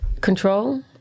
Control